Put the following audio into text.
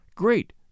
great